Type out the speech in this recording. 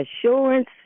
assurance